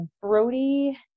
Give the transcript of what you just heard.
Brody